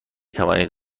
توانید